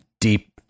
deep